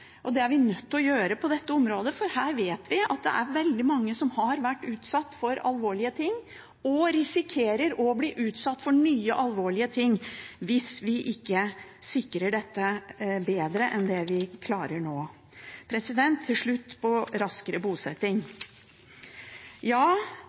er nødt til å gjøre noe på dette området, for vi vet at det er veldig mange som har vært utsatt for alvorlige ting, og som risikerer å bli utsatt for nye alvorlige ting hvis vi ikke sikrer dette bedre enn det vi klarer nå. Til slutt til raskere bosetting: Ja,